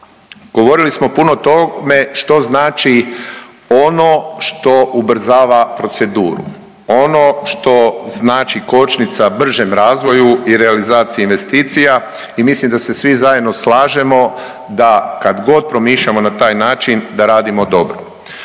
Govorili smo puno o tome što znači ono što ubrzava proceduru, ono što znači kočnica bržem razvoju i realizaciji investicija i mislim da se svi zajedno slažemo da kad god promišljamo na taj način da radimo dobro.